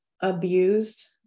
abused